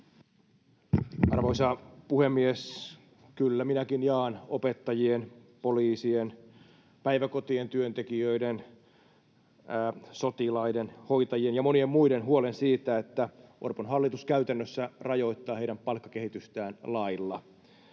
Arvoisa puhemies! Kyllä minäkin jaan opettajien, poliisien, päiväkotien työntekijöiden, sotilaiden, hoitajien ja monien muiden huolen siitä, että Orpon hallitus käytännössä rajoittaa heidän palkkakehitystään lailla.